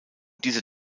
dieser